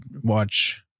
watch